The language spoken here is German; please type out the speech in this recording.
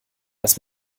dass